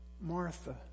Martha